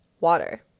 water